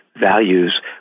values